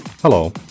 Hello